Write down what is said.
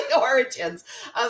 origins